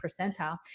percentile